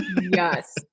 Yes